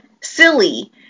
silly